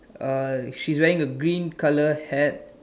uh she's wearing a green colour hat